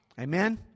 Amen